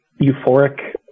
euphoric